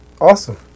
Awesome